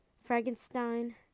Frankenstein